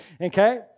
okay